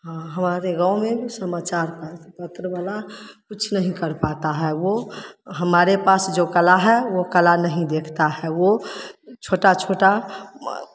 हमारे गाँव में समाचार का पत्र वाला कुछ नहीं कर पाता है वो हमारे पास जो कला है वो कला नहीं देखता है वो छोटा छोटा